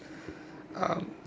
um